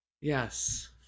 Yes